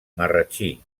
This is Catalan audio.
marratxí